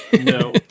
no